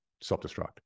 self-destruct